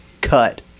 cut